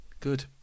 Good